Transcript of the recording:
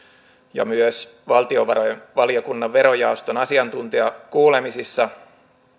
ja myös valtiovarainvaliokunnan verojaoston asiantuntijakuulemisissa